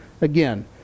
again